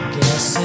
Guess